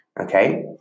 Okay